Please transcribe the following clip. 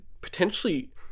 potentially